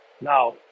Now